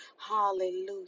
Hallelujah